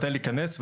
מתי להיכנס,